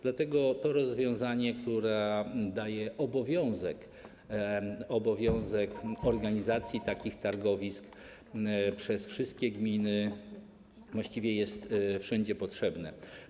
Dlatego to rozwiązanie, które wprowadza obowiązek organizacji takich targowisk przez wszystkie gminy, właściwie jest wszędzie potrzebne.